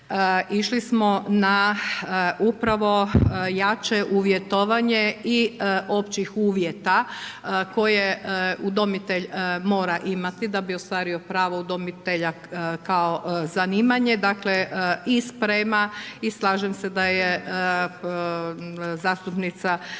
išli smo na upravo jače uvjetovanje i općih uvjeta koje udomitelj mora imati da bi ostvario pravo udomitelja kao zanimanje. Dakle i sprema, i slažem se da je zastupnica